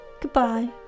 Goodbye